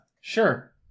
Sure